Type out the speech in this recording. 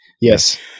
Yes